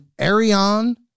Ariane